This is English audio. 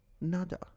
nada